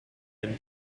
him